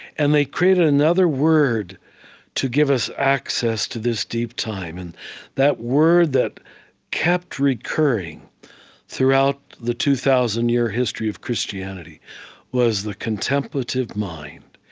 and they created another word to give us access to this deep time, and that word that kept recurring throughout the two thousand year history of christianity was the contemplative mind.